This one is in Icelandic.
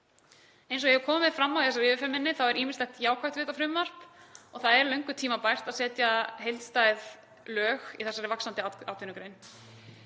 Eins og hefur komið fram í þessari yfirferð minni er ýmislegt jákvætt við þetta frumvarp og það er löngu tímabært að setja heildstæð lög um þessa vaxandi atvinnugrein.